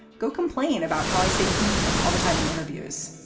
go complain about how i say all the time in interviews.